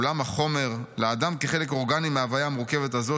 עולם החומר: 'לאדם כחלק אורגני מההוויה המורכבת הזאת,